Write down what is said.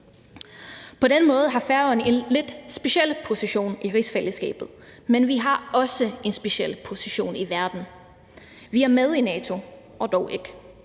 På den måde har Færøerne en lidt speciel position i rigsfællesskabet, men vi har også en speciel position i verden. Vi er med i NATO – og dog ikke.